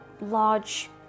large